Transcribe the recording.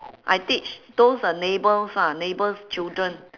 I teach those uh neighbours lah neighbours children